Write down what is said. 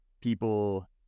people